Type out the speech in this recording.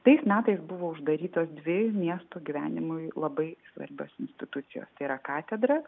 tais metais buvo uždarytos dvi miesto gyvenimui labai svarbios institucijos tai yra katedra